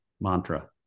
mantra